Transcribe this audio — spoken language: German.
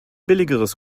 billigeres